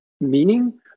meaning